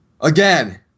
Again